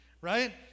right